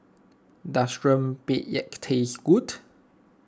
does Rempeyek taste good